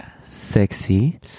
sexy